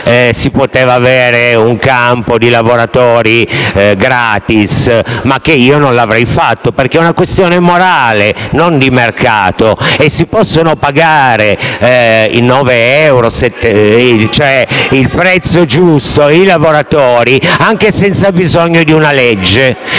si poteva avere un campo di lavoratori gratis, ma che io non l'avrei fatto perché è una questione morale, non di mercato e si possono pagare 9 euro, cioè il prezzo giusto, i lavoratori anche senza bisogno di una legge.